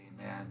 amen